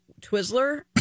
Twizzler